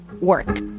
work